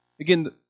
Again